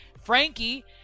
Frankie